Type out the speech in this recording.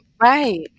Right